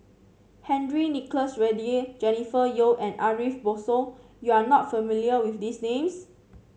Henry Nicholas Ridley Jennifer Yeo and Ariff Bongso you are not familiar with these names